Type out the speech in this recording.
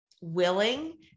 willing